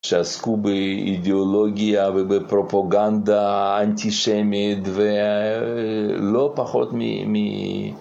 שעסקו באידיאולוגיה ובפרופוגנדה אנטי-שמית ולא פחות מ...